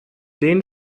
den